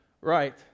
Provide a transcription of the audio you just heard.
right